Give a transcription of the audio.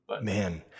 Man